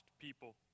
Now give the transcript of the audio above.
people